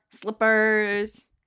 slippers